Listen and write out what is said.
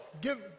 Give